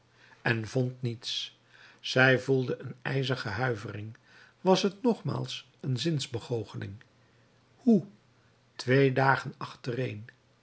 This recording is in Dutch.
en vond niets zij voelde een ijzige huivering was t nogmaals een zinsbegoocheling hoe twee dagen achtereen